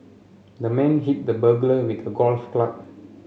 the man hit the burglar with a golf club